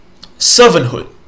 servanthood